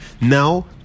Now